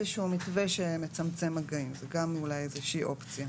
של שגרה, וגם אמרתי: